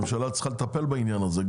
הממשלה צריכה לטפל עניין הזה.